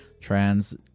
trans